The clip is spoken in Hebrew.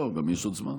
לא, גם יש עוד זמן.